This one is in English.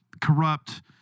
corrupt